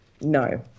No